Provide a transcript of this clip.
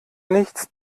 nichts